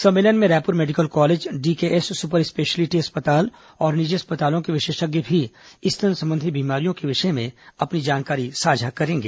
सम्मेलन में Raipur medical college DKS super speciality अस्पताल और निजी अस्पतालों के विशेषज्ञ भी स्तन संबंधी बीमारियों के विषय में अपनी जानकारी साझा करेंगे